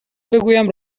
بگویم